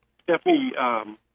Stephanie